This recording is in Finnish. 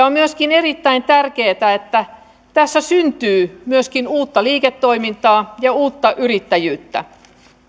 on myöskin erittäin tärkeätä että tässä syntyy myös uutta liiketoimintaa ja uutta yrittäjyyttä